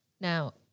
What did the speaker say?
Now